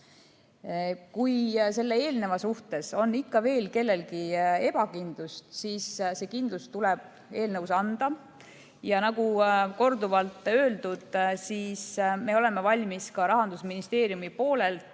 Kui selle eelneva suhtes on ikka veel kellelgi ebakindlust, siis see kindlus tuleb eelnõus anda ja nagu korduvalt öeldud, me oleme valmis Rahandusministeeriumi poolelt